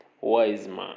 Wiseman